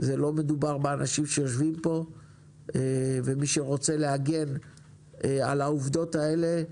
לא מדובר באנשים שיושבים פה ומי שרוצה להגן על העובדות האלה,